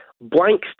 blank